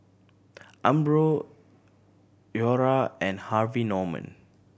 Umbro Iora and Harvey Norman